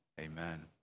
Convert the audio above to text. amen